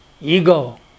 Ego